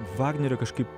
vagnerio kažkaip